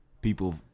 people